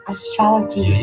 Astrology